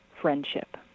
friendship